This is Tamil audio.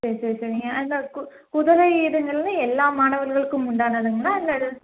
சரி சரி சரிங்க அந்த கு குதிரை இதுங்களில் எல்லா மாணவர்களுக்கும் உண்டானதுங்களா அல்லது